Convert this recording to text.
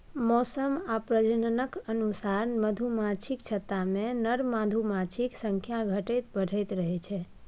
मौसम आ प्रजननक अनुसार मधुमाछीक छत्तामे नर मधुमाछीक संख्या घटैत बढ़ैत रहै छै